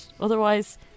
otherwise